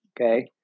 Okay